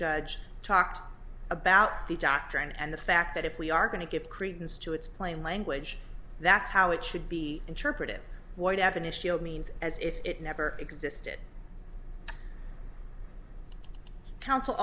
judge talked about the doctrine and the fact that if we are going to give credence to its plain language that's how it should be interpreted means as if it never existed counsel